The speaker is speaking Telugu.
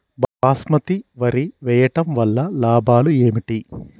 బాస్మతి వరి వేయటం వల్ల లాభాలు ఏమిటి?